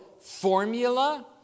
formula